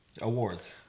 awards